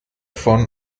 von